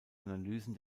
analysen